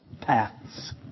paths